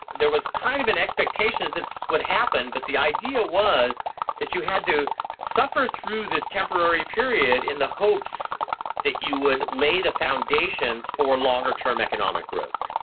there was kind of an expectation that's what happened but the idea was that you had to suffer through this temporary period in the hopes that you would lay the foundations for longer-term economic growth.